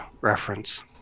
reference